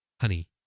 honey